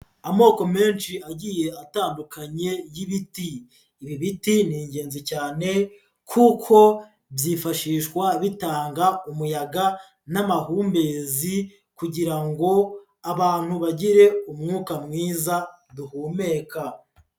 Amoko menshi agiye atandukanye y'ibiti. Ibi biti ni ingenzi cyane kuko byifashishwa bitanga umuyaga n'amahumbezi kugira ngo abantu bagire umwuka mwiza duhumeka.